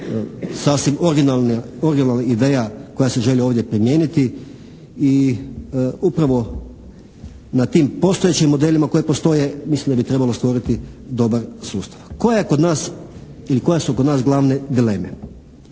sasvim originalna ideja koja se želi ovdje primijeniti i upravo na tim postojećim modelima koji postoje mislim da bi trebalo stvoriti dobar sustav. Koja je kod nas ili